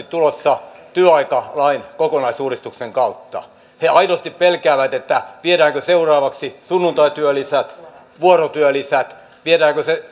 tulossa työaikalain kokonaisuudistuksen kautta he aidosti pelkäävät viedäänkö seuraavaksi sunnuntaityölisät vuorotyölisät viedäänkö se